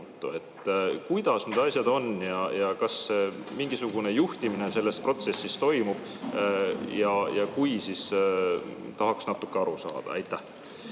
Kuidas need asjad on ja kas mingisugune juhtimine selles protsessis toimub? Kui jah, siis tahaks natuke aru saada. Suur